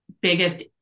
biggest